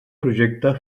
projecte